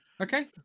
Okay